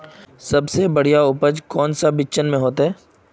सबसे बढ़िया उपज कौन बिचन में होते?